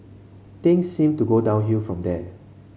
things seemed to go downhill from there